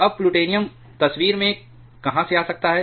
अब प्लूटोनियम तस्वीर में कहां से आ सकता है